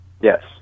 Yes